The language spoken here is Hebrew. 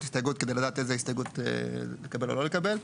כדי לדעת איזה הסתייגות לקבל או לא לקבל,